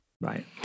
right